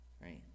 right